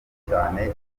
cyane